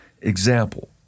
example